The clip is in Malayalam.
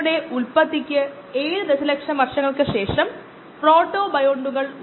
മറിച്ച് ഇത് സാധാരണയായി ഒരു ബാച്ച് മോഡിൽ പ്രവർത്തിക്കില്ല ഇത് തുടർച്ചയായ മോഡിലാണ് പ്രവർത്തിക്കുന്നത്